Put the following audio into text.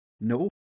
no